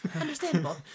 Understandable